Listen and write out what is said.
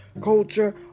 culture